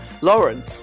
Lauren